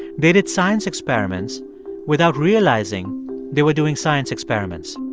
they did science experiments without realizing they were doing science experiments.